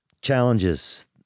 challenges